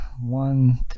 one